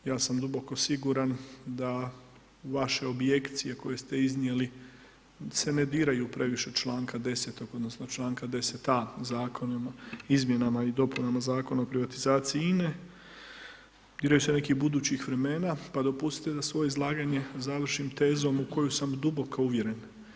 Ja sam duboko siguran da vaše objekcije koje ste iznijeli se ne diraju previše čl. 10. odnosno čl. 10a. Zakona o izmjenama i dopunama Zakona o privatizaciji INA-e, diraju se nekih budućih vremena, pa dopustite da svoje izlaganje završim tezom u koju sam duboko uvjeren.